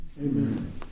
Amen